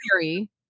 theory-